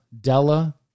Della